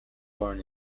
born